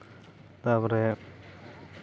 ᱛᱟᱯᱚᱨᱮ